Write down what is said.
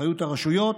אחריות הרשויות,